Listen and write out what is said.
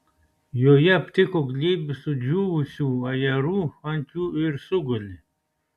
joje aptiko glėbį sudžiūvusių ajerų ant jų ir sugulė